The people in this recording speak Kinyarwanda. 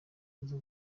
kuza